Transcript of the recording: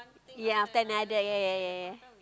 ya after another ya ya ya ya